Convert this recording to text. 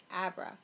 Abra